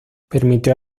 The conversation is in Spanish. permitió